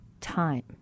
time